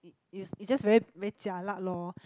it is is just very very jialat lor